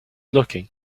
looking